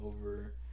over